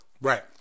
Right